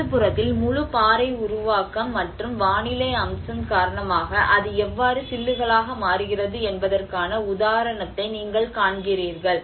இடது புறத்தில் முழு பாறை உருவாக்கம் மற்றும் வானிலை அம்சம் காரணமாக அது எவ்வாறு சில்லுகளாக மாறுகிறது என்பதற்கான உதாரணத்தை நீங்கள் காண்கிறீர்கள்